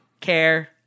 care